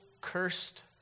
cursed